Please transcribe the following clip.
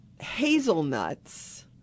hazelnuts